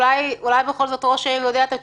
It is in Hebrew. אולי בכל זאת ראש העיר יודע את התשובה.